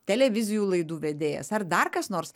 televizijų laidų vedėjas ar dar kas nors